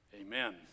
amen